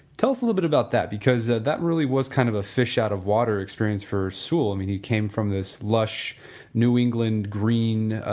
tell us a little bit about that because that really was kind of fish out of water experience for sewall. i mean he came from this lush new england green,